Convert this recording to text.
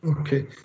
Okay